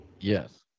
Yes